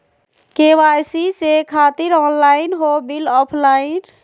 KYC से खातिर online हो बिल ऑफलाइन?